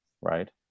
right